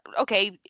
okay